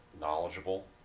knowledgeable